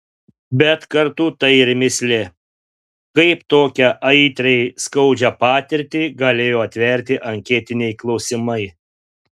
bet kartu tai ir mįslė kaip tokią aitriai skaudžią patirtį galėjo atverti anketiniai klausimai